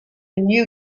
new